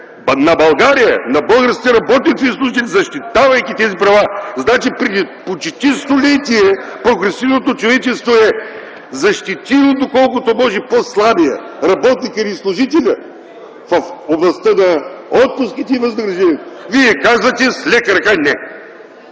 на България, на българските работници и служители, защитавайки тези права. Преди почти столетие прогресивното човечество е защитило, доколкото може, по-слабия – работника или служителя, в областта на отпуските и възнагражденията, вие казвате с лека ръка: